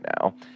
now